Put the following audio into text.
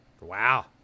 Wow